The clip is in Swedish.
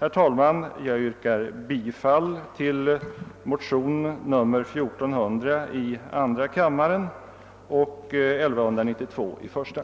Herr talman! Jag ber att få yrka bifall till motionerna I: 1192 och II: 1400.